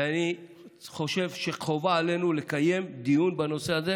ואני חושב שחובה עלינו לקיים דיון בנושא הזה.